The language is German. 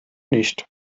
nicht